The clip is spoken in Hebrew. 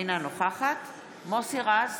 אינה נוכחת מוסי רז,